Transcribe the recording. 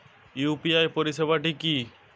UPI পরিসেবাটা কি?